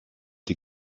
die